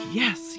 yes